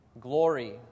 glory